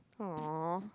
!aww!